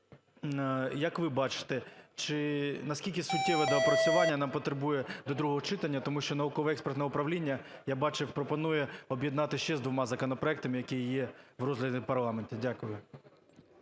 як ви бачите, наскільки суттєве доопрацювання нам потребує до другого читання? Тому що науково-експертне управління, я бачив, пропонує об'єднати ще з двома законопроектами, які є в розгляді парламенту. Дякую.